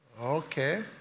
Okay